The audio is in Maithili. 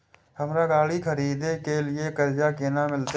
हमरा गाड़ी खरदे के लिए कर्जा केना मिलते?